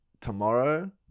tomorrow